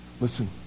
Listen